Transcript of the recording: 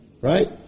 Right